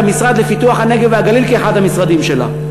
המשרד לפיתוח הנגב והגליל כאחד המשרדים שלה.